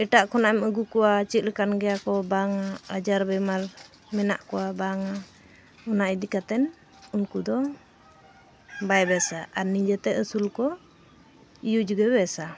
ᱮᱴᱟᱜ ᱠᱷᱚᱱᱟᱜ ᱮᱢ ᱟᱹᱜᱩ ᱠᱚᱣᱟ ᱪᱮᱫ ᱞᱮᱠᱟᱱ ᱜᱮᱭᱟ ᱠᱚ ᱵᱟᱝᱟ ᱟᱡᱟᱨ ᱵᱮᱢᱟᱨ ᱢᱮᱱᱟᱜ ᱠᱚᱣᱟ ᱵᱟᱝᱟ ᱚᱱᱟ ᱤᱫᱤ ᱠᱟᱛᱮᱱ ᱩᱱᱠᱩ ᱫᱚ ᱵᱟᱭ ᱵᱮᱥᱟ ᱟᱨ ᱱᱤᱡᱮᱛᱮ ᱟᱹᱥᱩᱞ ᱠᱚ ᱤᱭᱩᱡᱽ ᱜᱮ ᱵᱮᱥᱟ